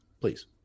Please